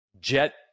jet